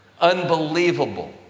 unbelievable